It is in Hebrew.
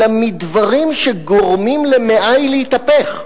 אלא מדברים שגורמים למעי להתהפך.